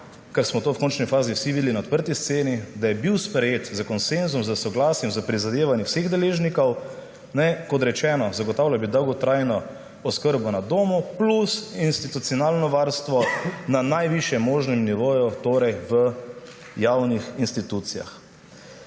kar smo v končni fazi vsi videli na odprti sceni – da je bil sprejet s konsenzom, soglasjem, s prizadevanjem vseh deležnikov, kot rečeno, zagotavljal bi dolgotrajno oskrbo na domu plus institucionalno varstvo na najvišjem možnem nivoju, torej v javnih institucijah.